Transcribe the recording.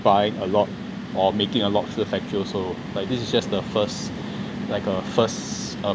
buying a lot or making a lot through the factory also like this is just the first like a first uh